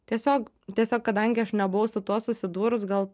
tiesiog tiesiog kadangi aš nebuvau su tuo susidūrus gal